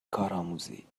کارآموزی